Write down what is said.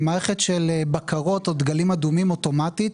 מערכת של בקרות או דגלים אדומים אוטומטית,